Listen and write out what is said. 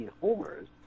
homers